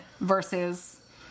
versus